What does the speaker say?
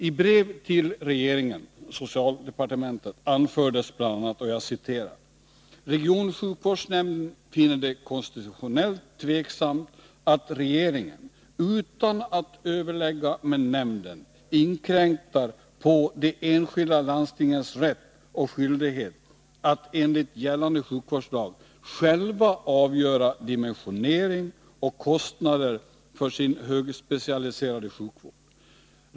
I brev till regeringen — socialdepartementet — anfördes bl.a.: ”Regionsjukvårdsnämnden finner det konstitutionellt tveksamt att regeringen utan att överlägga med nämnden inkräktar på de enskilda landstingens rätt och skyldighet att enligt gällande sjukvårdslag själva avgöra dimensionering och kostnader för sin högspecialiserade sjukvård.